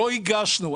לא הגשנו.